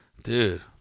Dude